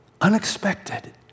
Unexpected